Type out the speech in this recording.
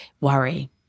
worry